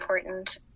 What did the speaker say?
important